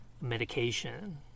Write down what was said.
medication